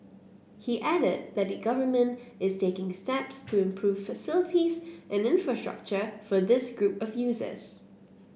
he added that the Government is taking steps to improve facilities and infrastructure for this group of users